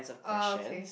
okay